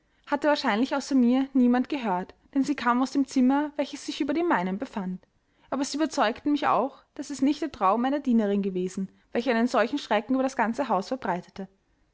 hatte wahrscheinlich außer mir niemand gehört denn sie kamen aus dem zimmer welches sich über dem meinen befand aber sie überzeugten mich auch daß es nicht der traum einer dienerin gewesen welcher einen solchen schrecken über das ganze haus verbreitet